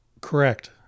Correct